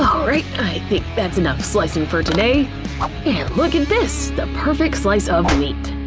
ah alright, i think enough slicing for today. and look at this, the perfect slice of meat.